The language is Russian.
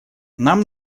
нам